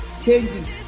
changes